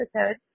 episode